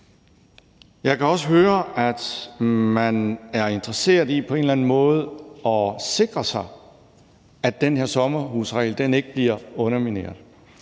Jeg kan også høre, at man er interesseret i på en eller anden måde at sikre sig, at den her sommerhusregel ikke bliver undermineret.